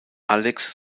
alex